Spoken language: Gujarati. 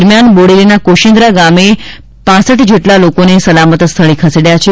દરમિયાન બોડેલીના કોશીન્દ્રા ગામે પ જેટલા લોકોને સલામત સ્થળે ખસેડાયા છે